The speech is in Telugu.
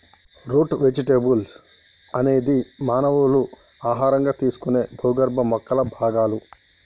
రూట్ వెజిటెబుల్స్ అనేది మానవులు ఆహారంగా తినే భూగర్భ మొక్కల భాగాలు